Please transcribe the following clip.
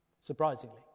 surprisingly